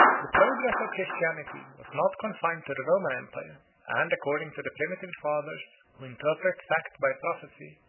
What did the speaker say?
the progress of christianity was not confined to the roman empire and according to the primitive fathers, who interpret facts by prophecy,